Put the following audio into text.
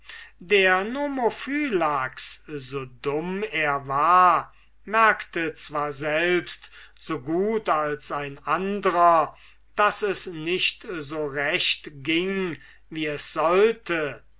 der nomophylax so dumm er war merkte zwar selbst so gut als ein andrer daß es nicht so recht ging wie es sollte